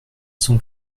cent